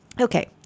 Okay